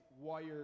wired